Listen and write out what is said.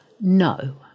No